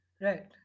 Right